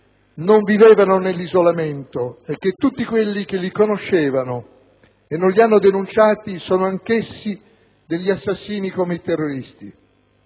non vivevano nell'isolamento e che tutti quelli che li conoscevano e non li hanno denunciati sono anch'essi degli assassini, come i terroristi